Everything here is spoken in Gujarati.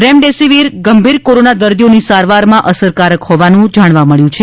રેમડેસિવીર ગંભીર કોરોના દર્દીઓની સારવારમાં અસરકારક હોવાનું જાણવા મળ્યું છે